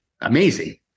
amazing